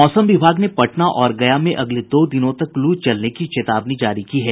मौसम विभाग ने पटना और गया में अगले दो दिनों तक लू चलने की चेतावनी जारी की है